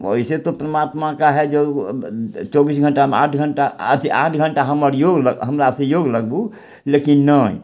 ओइसँ तऽ परमात्मा का है जो चौबीस घण्टामे आठ घण्टा अथी आठ घण्टा हमर योग हमरासँ योग लगबू लेकिन नहि